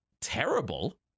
terrible